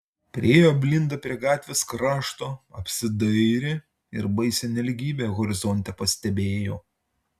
priėjo blinda prie gatvės krašto apsidairė ir baisią nelygybę horizonte pastebėjo